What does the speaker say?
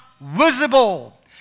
visible